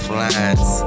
lines